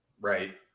right